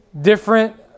different